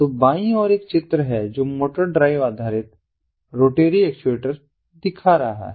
तो बाईं ओर एक चित्र है जो मोटर ड्राइव आधारित रोटरी एक्चुएटर दिखा रहा है